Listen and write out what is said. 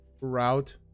route